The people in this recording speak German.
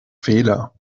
fehler